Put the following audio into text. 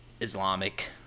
Islamic